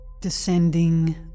Descending